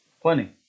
Plenty